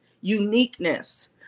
uniqueness